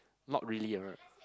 not really